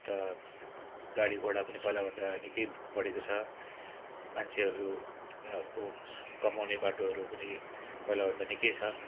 अन्त गाडीघोडा पनि पहिलाभन्दा निकै बढेको छ मान्छेहरू यहाँको कमाउने बाटोहरू पनि पहिलाभन्दा निकै छ